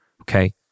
okay